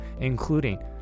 including